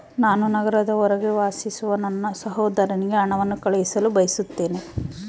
ನಾನು ನಗರದ ಹೊರಗೆ ವಾಸಿಸುವ ನನ್ನ ಸಹೋದರನಿಗೆ ಹಣವನ್ನು ಕಳುಹಿಸಲು ಬಯಸುತ್ತೇನೆ